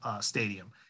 stadium